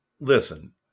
Listen